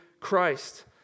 Christ